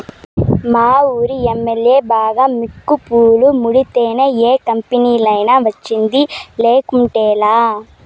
మావూరి MLA బాగా మికుపులు ముడితేనే యా కంపెనీలైనా వచ్చేది, లేకుంటేలా